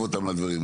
מתקצב אותם לדברים?